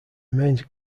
remains